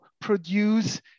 produce